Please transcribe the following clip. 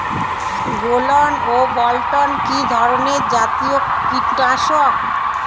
গোলন ও বলটন কি ধরনে জাতীয় কীটনাশক?